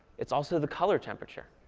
it's also the color temperature.